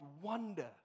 wonder